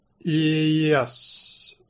Yes